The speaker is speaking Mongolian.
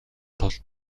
тул